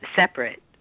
separate